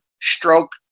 stroke